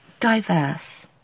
diverse